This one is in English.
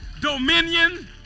dominion